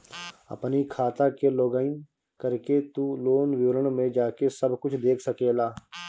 अपनी खाता के लोगइन करके तू लोन विवरण में जाके सब कुछ देख सकेला